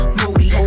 moody